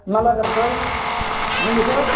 நல்லா இருக்கிறேன் சார் நீங்கள் சார்